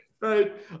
Right